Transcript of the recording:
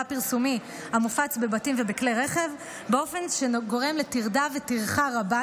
פרסומי המופץ בבתים ובכלי רכב באופן שגורם לטרדה וטרחה רבה,